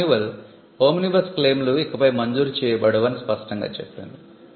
ఆ manual 'omnibus claim లు' ఇకపై మంజూరు చేయబడవు అని స్పష్టంగా చెప్పింది